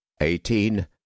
eighteen